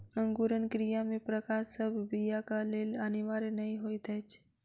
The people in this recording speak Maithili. अंकुरण क्रिया मे प्रकाश सभ बीयाक लेल अनिवार्य नै होइत अछि